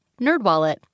NerdWallet